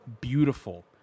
beautiful